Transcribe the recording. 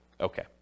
Okay